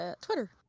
Twitter